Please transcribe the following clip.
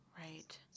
Right